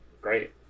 Great